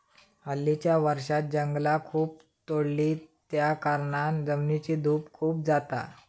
हल्लीच्या वर्षांत जंगला खूप तोडली त्याकारणान जमिनीची धूप खूप जाता